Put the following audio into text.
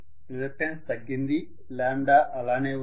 reluctance తగ్గింది lambda అలానే ఉంది